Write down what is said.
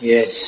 Yes